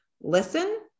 Listen